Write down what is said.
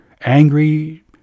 angry